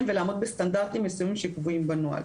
ולעמוד בסטנדרטים מסוימים שקבועים בנוהל.